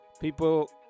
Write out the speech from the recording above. people